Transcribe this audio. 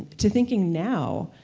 to thinking now.